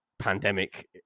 Pandemic